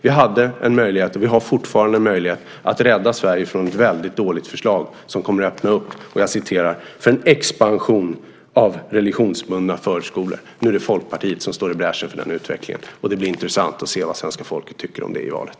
Vi hade en möjlighet, och vi har fortfarande en möjlighet, att rädda Sverige från ett väldigt dåligt förslag som kommer att öppna upp "för en expansion av religionsbundna förskolor". Nu är det Folkpartiet som går i bräschen för den utvecklingen. Det blir intressant att se vad svenska folket tycker om det i valet.